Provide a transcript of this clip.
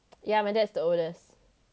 yeah my dad is the oldest